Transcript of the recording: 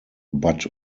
but